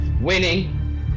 Winning